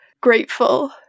grateful